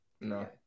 no